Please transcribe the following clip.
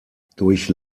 durch